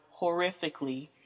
horrifically